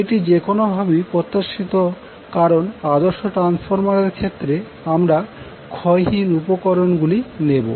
এটি যেকোন ভাবেই প্রত্যাশিত কারণ আদর্শ ট্রান্সফরমারের ক্ষেত্রে আমরা ক্ষয়হীন উপকরণগুলি নেব